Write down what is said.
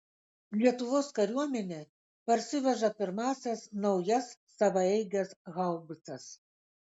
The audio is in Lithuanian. lietuvos kariuomenė parsiveža pirmąsias naujas savaeiges haubicas